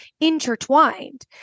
intertwined